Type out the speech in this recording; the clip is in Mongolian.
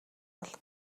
бол